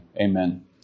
Amen